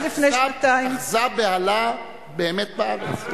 עד לפני שנתיים --- כי אחזה באמת בהלה בארץ.